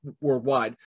worldwide